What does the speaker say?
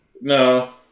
No